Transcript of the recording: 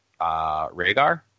Rhaegar